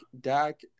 Dak